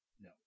No